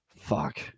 fuck